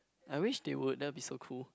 I wish they would that would be so cool